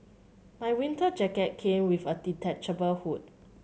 my winter jacket came with a detachable hood